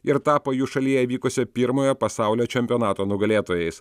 ir tapo jų šalyje vykusio pirmojo pasaulio čempionato nugalėtojais